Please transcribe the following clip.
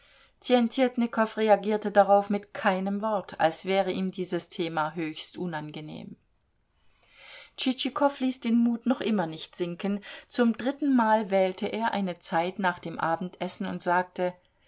tjentjetnikow reagierte darauf mit keinem wort als wäre ihm dieses thema höchst unangenehm tschitschikow ließ den mut noch immer nicht sinken zum drittenmal wählte er eine zeit nach dem abendessen und sagte